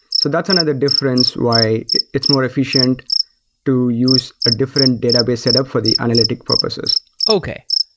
so that's another difference why it's more efficient to use a different database setup for the analytic purposes okay.